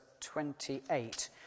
28